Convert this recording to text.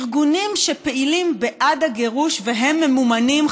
ארגונים שפעילים בעד הגירוש והם ממומנים,